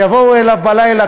שיבואו אליו בלילה,